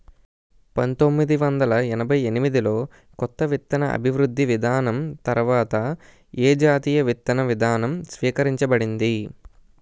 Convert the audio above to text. పంతోమ్మిది వందల ఎనభై ఎనిమిది లో కొత్త విత్తన అభివృద్ధి విధానం తర్వాత ఏ జాతీయ విత్తన విధానం స్వీకరించబడింది?